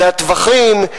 הטווחים,